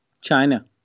China